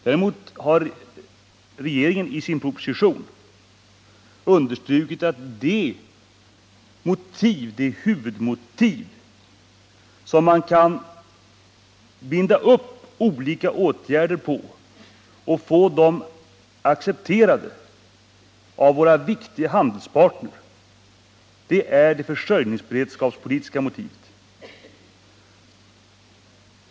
Däremot har regeringen i sin proposition understrukit att det försörjningsberedskapspolitiska motivet är huvudmotivet när det gäller att vidta olika åtgärder och få dem accepterade av våra viktiga handelspartner.